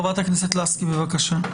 חברת הכנסת לסקי, בבקשה.